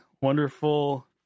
wonderful